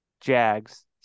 Jags